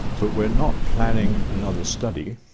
but we're not planning another study.